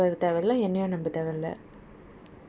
G_P_S செய்:sei check பன்னா தெரியபோது:panna theriyapothu